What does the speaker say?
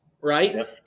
right